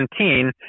2017